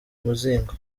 muzingo